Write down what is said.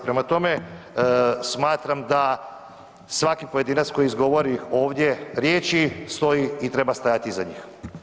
Prema tome, smatram da svaki pojedinac koji izgovori ovdje riječi stoji i treba stajati iza njih.